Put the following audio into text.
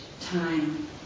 time